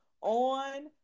on